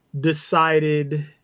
decided